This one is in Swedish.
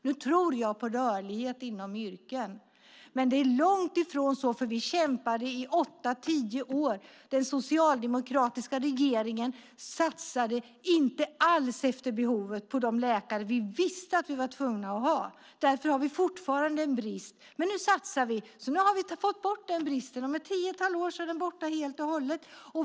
Jag tror på rörlighet inom yrken, men det är långt ifrån så nu. Vi kämpade i åtta tio år. Den socialdemokratiska regeringen satsade inte alls efter behov på de läkare som vi visste att vi var tvungna att ha. Därför har vi fortfarande en brist. Men nu satsar vi, så nu minskar bristen och om ett tiotal år har vi fått bort den helt och hållet.